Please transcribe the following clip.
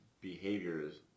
behaviors